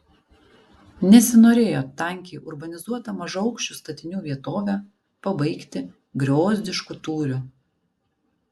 nesinorėjo tankiai urbanizuotą mažaaukščių statinių vietovę pabaigti griozdišku tūriu